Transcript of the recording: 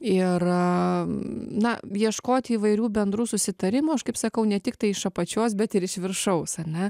ir na ieškot įvairių bendrų susitarimų aš kaip sakau ne tiktai iš apačios bet ir iš viršaus ane